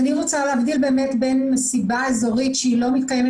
אני רוצה להבדיל בין מסיבה אזורית שהיא לא מתקיימת